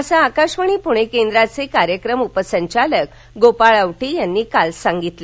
असं आकाशवाणी पुणे केंद्राचे कार्यक्रम उपसंचालक गोपाळ अवटी यांनी काल सांगितलं